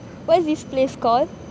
what is this place called